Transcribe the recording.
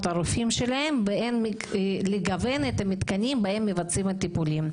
הרופאים שלהם והן לגוון את המתקנים בהם מתבצעים הטיפולים.